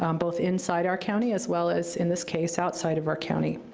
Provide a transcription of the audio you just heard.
um both inside our county, as well as, in this case, outside of our county.